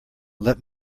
let